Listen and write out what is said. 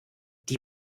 die